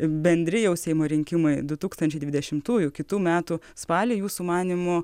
bendri jau seimo rinkimai du tūkstančiai dvidešimtųjų kitų metų spalį jūsų manymu